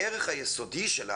הערך היסודי שלה,